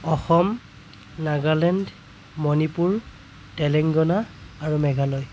অসম নাগালেণ্ড মণিপুৰ তেলেংগানা আৰু মেঘালয়